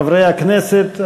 חברי הכנסת,